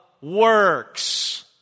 works